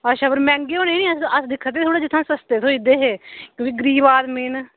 अच्छा पर मैंह्गे होने अस दिक्खै दे हे जित्थाुआं सस्ते थ्होई जंदे हे कि गरीब आदमी न